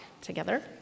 together